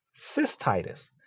cystitis